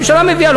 הממשלה מביאה,